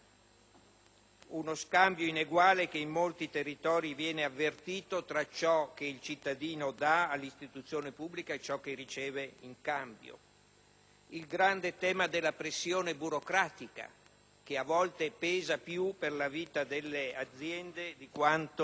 uno scambio ineguale che in molti territori viene avvertito tra ciò che il cittadino dà alle istituzioni pubbliche e ciò che riceve in cambio. Vi è poi il grande tema della pressione burocratica, che a volte pesa per la vita delle aziende più di quanto